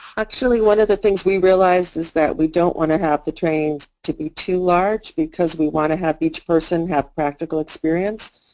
actually one of the things we realized is that we don't want to have the trainings to be too large because we want to have each person to have practical experience.